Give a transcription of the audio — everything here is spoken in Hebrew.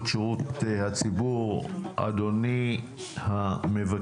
תלונות הציבור לשנת 2022. אדוני המבקר,